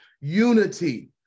unity